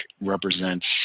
represents